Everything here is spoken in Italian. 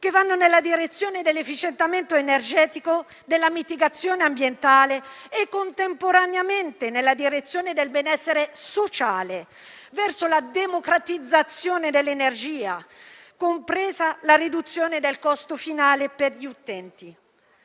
che vanno nella direzione dell'efficientamento energetico, della mitigazione ambientale e, contemporaneamente, del benessere sociale, verso la democratizzazione dell'energia, compresa la riduzione del costo finale per gli utenti.